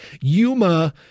Yuma